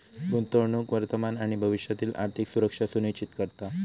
गुंतवणूक वर्तमान आणि भविष्यातील आर्थिक सुरक्षा सुनिश्चित करता